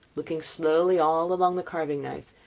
looking slowly all along the carving-knife,